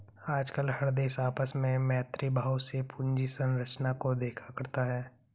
आजकल हर देश आपस में मैत्री भाव से पूंजी संरचना को देखा करता है